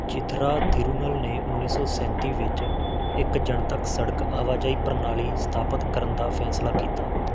ਚਿਥਰਾ ਥਿਰੂਨਲ ਨੇ ਉੱਨੀ ਸੌ ਸੈਂਤੀ ਵਿੱਚ ਇੱਕ ਜਨਤਕ ਸੜਕ ਆਵਾਜਾਈ ਪ੍ਰਣਾਲੀ ਸਥਾਪਤ ਕਰਨ ਦਾ ਫੈਸਲਾ ਕੀਤਾ